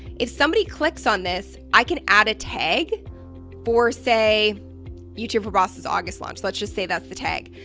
if somebody clicks on this i can add a tag for say youtube for bosses august launch, let's just say that's the tag,